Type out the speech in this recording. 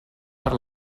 per